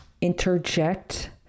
interject